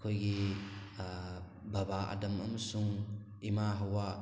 ꯑꯩꯈꯣꯏꯒꯤ ꯕꯕꯥ ꯑꯥꯗꯝ ꯑꯃꯁꯨꯡ ꯏꯃꯥ ꯍꯋꯥ